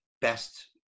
best